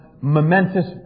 momentous